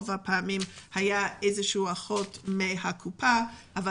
אחות מהקופה היא זו שנכנסה בפועל רוב הפעמים,